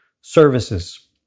services